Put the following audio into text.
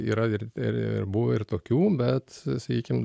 yra ir ir buvę ir tokių bet sakykim